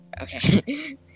Okay